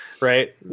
right